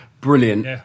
brilliant